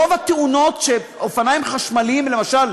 רוב התאונות של אופניים חשמליים, למשל,